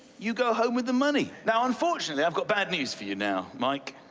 you go home with the money. now, unfortunately, i've got bad news for you now, mike.